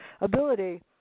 ability